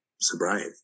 sobriety